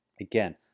Again